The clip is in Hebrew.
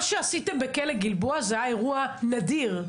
מה שעשיתם בכלא גלבוע זה היה אירוע נדיר.